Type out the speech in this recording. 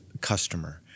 customer